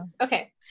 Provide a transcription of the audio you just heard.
Okay